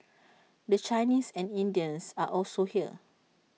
the Chinese and Indians are also here